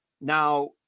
Now